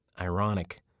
Ironic